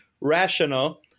rational